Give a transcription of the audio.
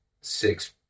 six